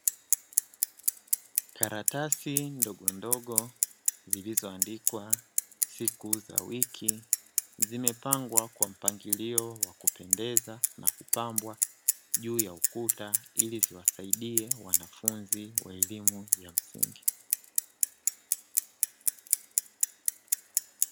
Karatasi ndogondogo zilizoandikwa siku za wiki, zimepangwa kwa mpangilio wa kupendeza na kupambwa juu ya ukuta, ili ziwasaidie wanafunzi wa elimu ya msingi.